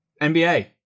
NBA